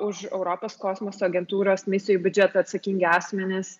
už europos kosmoso agentūros misijų biudžetą atsakingi asmenys